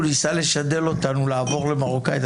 הוא ניסה לשדל אותנו לעבור למרוקאית,